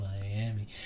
Miami